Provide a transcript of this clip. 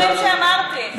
אולי תענה על הדברים שאמרתי.